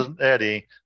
Eddie